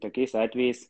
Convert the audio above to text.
tokiais atvejais